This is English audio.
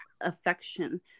affection